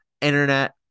internet